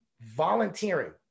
volunteering